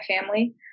family